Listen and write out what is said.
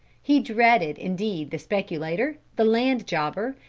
he dreaded indeed the speculator, the land jobber,